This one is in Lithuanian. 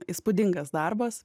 įspūdingas darbas